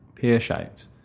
pear-shaped